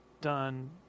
done